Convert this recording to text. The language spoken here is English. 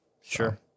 Sure